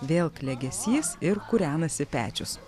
vėl klegesys ir kūrenasi pečius